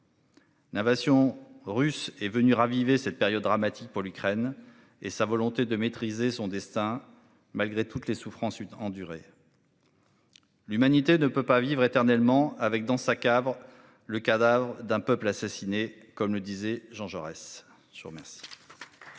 L'invasion russe est venu raviver cette période dramatique pour l'Ukraine et sa volonté de maîtriser son destin malgré toutes les souffrances endurées. L'humanité ne peut pas vivre éternellement avec dans sa cave. Le cadavre d'un peuple assassiné comme le disait Jean Jaurès sur Metz.